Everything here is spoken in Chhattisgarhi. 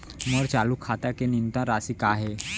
मोर चालू खाता के न्यूनतम राशि का हे?